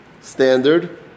standard